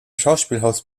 schauspielhaus